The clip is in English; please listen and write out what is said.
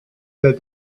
that